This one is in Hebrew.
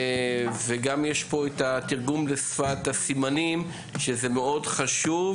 וגם יש פה את התרגום לשפת הסימנים, שזה מאוד חשוב.